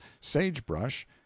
sagebrush